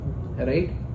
Right